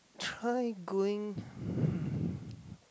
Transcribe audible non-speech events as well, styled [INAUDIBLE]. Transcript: try going [BREATH]